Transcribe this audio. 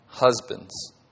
husbands